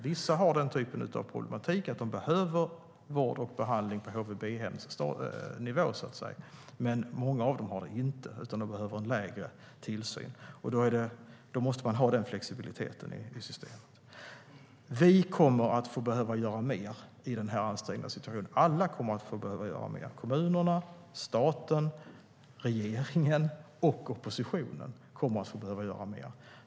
Vissa barn har den typen av problematik att de behöver vård och behandling på ett HVB-hem. Men många av dem har inte en sådan problematik, utan de behöver mindre tillsyn. Då måste man ha denna flexibilitet i systemet. Vi kommer att behöva göra mer i denna ansträngda situation. Alla kommer att behöva göra mer. Kommunerna, staten, regeringen och oppositionen kommer att behöva göra mer.